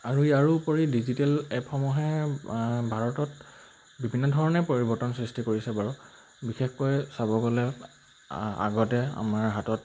আৰু ইয়াৰোপৰি ডিজিটেল এপসমূহে ভাৰতত বিভিন্ন ধৰণে পৰিৱৰ্তন সৃষ্টি কৰিছে বাৰু বিশেষকৈ চাব গ'লে আগতে আমাৰ হাতত